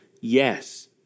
Yes